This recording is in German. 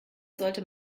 sollte